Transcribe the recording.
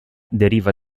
deriva